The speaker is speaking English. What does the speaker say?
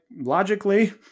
logically